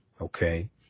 okay